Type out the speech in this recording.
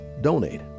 donate